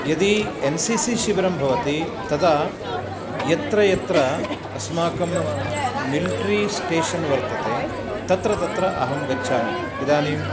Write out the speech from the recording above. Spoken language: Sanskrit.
यदि एन् सि सि शिबिरं भवति तदा यत्र यत्र अस्माकं मिल्ट्रि स्टेषन् वर्तते तत्र तत्र अहं गच्छामि इदानीं